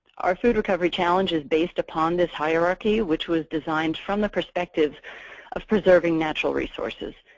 our food recovery challenge is based upon this hierarchy, which was designed from the perspective of preserving natural resources.